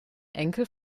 enkel